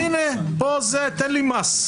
הינה, פה תן לי מס.